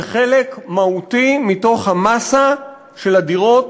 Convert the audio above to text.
וחלק מהותי מתוך המאסה של הדירות